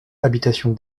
habitation